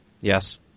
yes